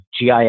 GIS